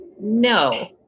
no